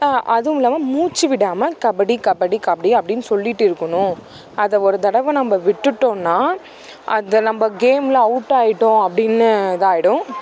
அதுவும் இல்லாமல் மூச்சு விடாமல் கபடி கபடி கபடி அப்டின்னு சொல்லிட்டு இருக்கணும் அதை ஒரு தடவை நம்ம விட்டுட்டோம்னா அதை நம்ம கேமில் அவுட்டாகிட்டோம் அப்படின்னு இதாகிடும்